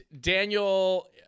Daniel –